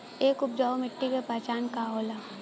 एक उपजाऊ मिट्टी के पहचान का होला?